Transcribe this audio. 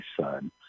son